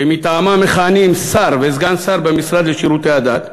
שמטעמה מכהנים שר וסגן שר במשרד לשירותי הדת,